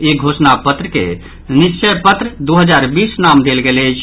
ई घोषणा पत्र के निश्चय पत्र दू हजार बीस नाम देल गेल अछि